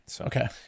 Okay